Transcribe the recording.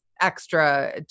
extra